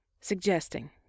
suggesting